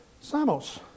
Samos